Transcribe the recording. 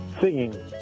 Singing